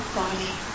body